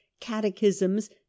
catechisms